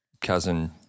cousin